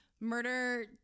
murder